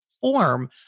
form